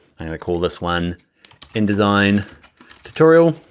and i call this one in design tutorial.